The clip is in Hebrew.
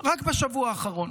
רק בשבוע האחרון?